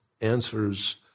answers